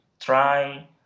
try